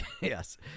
Yes